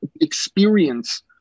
experience